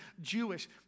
Jewish